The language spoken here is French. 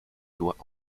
doigts